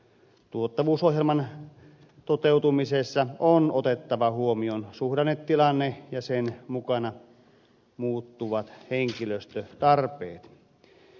tuottavuusohjelman toteutumisessa on otettava huomioon suhdannetilanne ja sen mukana muuttuvat henkilöstötarpeet